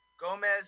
Gomez